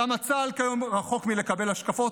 כמה צה"ל כיום רחוק מלקבל השקפות